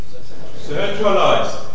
Centralized